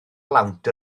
lawnt